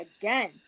again